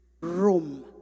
room